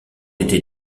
été